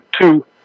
two